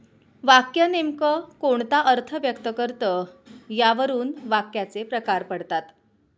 वाक्य नेमकं कोणता अर्थ व्यक्त करतं यावरून वाक्याचे प्रकार पडतात